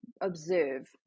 observe